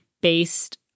based